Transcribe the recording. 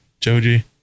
Joji